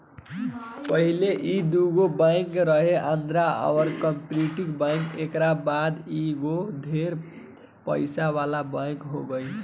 पहिले ई दुगो बैंक रहे आंध्रा आ कॉर्पोरेट बैंक एकरा बाद ई एगो ढेर पइसा वाला बैंक हो गईल